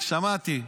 שמעתי.